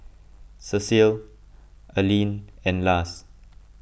Cecile Alene and Lars